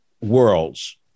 Worlds